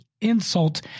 insult